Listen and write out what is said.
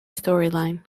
storyline